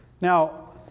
Now